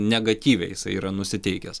negatyviai jisai yra nusiteikęs